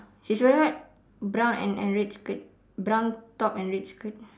she's wearing what brown and and red skirt brown top and red skirt